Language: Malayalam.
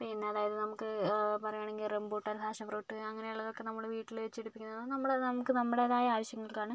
പിന്നതായത് നമുക്ക് പറയുകയാണെങ്കിൽ റംബൂട്ടാൻ ഫാഷൻ ഫ്രൂട്ട് അങ്ങനെയുള്ളതൊക്കെ നമ്മള് വീട്ടില് വെച്ച് പിടിപ്പിക്കുന്നതും നമ്മുടെ നമുക്ക് നമ്മുടേതായ ആവശ്യങ്ങൾക്കാണ്